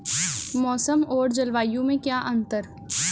मौसम और जलवायु में क्या अंतर?